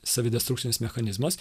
savidestrukcinis mechanizmas